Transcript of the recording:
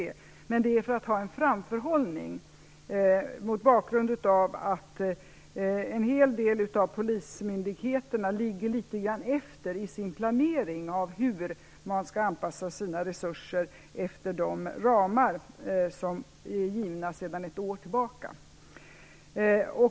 Det görs för att man skall ha en framförhållning, mot bakgrund av att en hel del av polismyndigheterna ligger litet grand efter i sin planering av hur man skall anpassa sina resurser efter de ramar som är givna sedan ett år tillbaka.